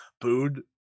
booed